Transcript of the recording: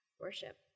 worship